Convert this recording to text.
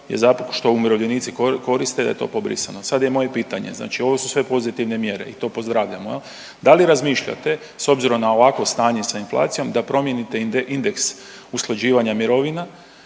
je zato što umirovljenici koriste je to pobrisano. Sad je moje pitanje, znači ovo su sve pozitivne mjere i to pozdravljamo, je li, da li razmišljate, s obzirom na ovakvo stanje sa inflacijom da promijenite indeks usklađivanja mirovina